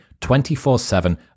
24-7